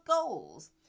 goals